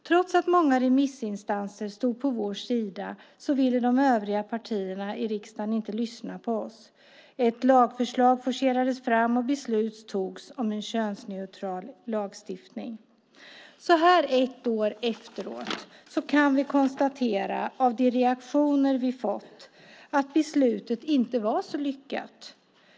Trots att många remissinstanser stod på vår sida ville de övriga partierna i riksdagen inte lyssna på oss. Ett lagförslag forcerades fram, och beslut togs om en könsneutral lagstiftning. Så här ett år efteråt kan vi av de reaktioner vi har fått konstatera att beslutet inte var så lyckat.